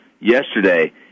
yesterday